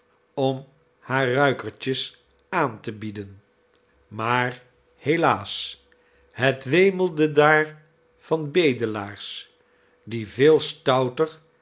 om hare ruikertjes aan te bieden maar helaas het wemelde daar van bedelaars die veel stouter